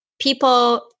People